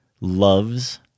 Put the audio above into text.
loves